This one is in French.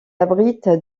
abrite